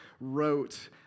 wrote